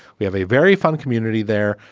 we have a very fun community there.